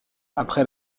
après